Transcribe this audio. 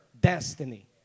destiny